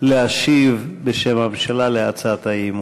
להשיב בשם הממשלה על הצעת האי-אמון.